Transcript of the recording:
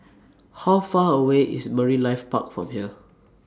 How Far away IS Marine Life Park from here